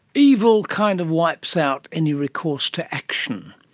evil kind of wipes out any recourse to action.